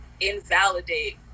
invalidate